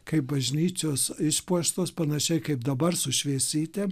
kaip bažnyčios išpuoštos panašiai kaip dabar su šviesytėm